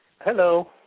Hello